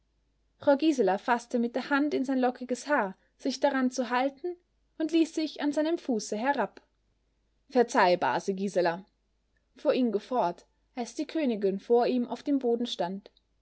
frau gisela faßte mit der hand in sein lockiges haar sich daran zu halten und ließ sich an seinem fuße herab verzeih base gisela fuhr ingo fort als die königin vor ihm auf dem boden stand